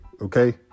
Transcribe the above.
Okay